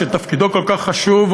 שתפקידו כל כך חשוב,